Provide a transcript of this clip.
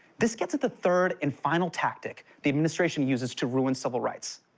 this gets at the third and final tactic the administration uses to ruin civil rights.